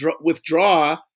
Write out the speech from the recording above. withdraw